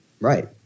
right